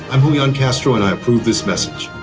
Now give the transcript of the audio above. i'm julian castro and i approve this message